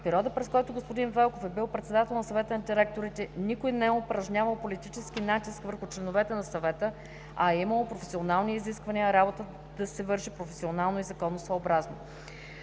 В периода, през който господин Велков е бил председател на Съвета на директорите, никой не е упражнявал политически натиск върху членовете на Съвета на директорите, а е имало професионални изисквания работата да се върши професионално и законосъобразно.